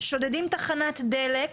שודדים תחנת דלק,